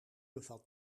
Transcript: bevat